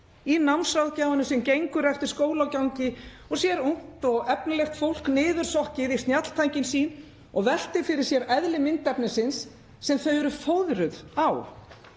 Í námsráðgjafanum sem gengur eftir skólagangi og sér ungt og efnilegt fólk niðursokkið í snjalltækin sín og veltir fyrir sér eðli myndefnisins sem þau eru fóðruð á.